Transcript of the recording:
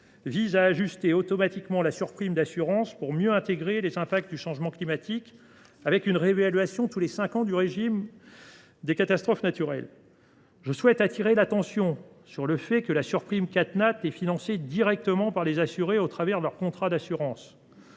1 ajuste automatiquement la surprime d’assurance pour mieux intégrer les impacts du changement climatique une réévaluation tous les cinq ans du régime CatNat. J’appelle votre attention sur le fait que la surprime CatNat est financée directement par les assurés au travers de leur contrat d’assurance.